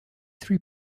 three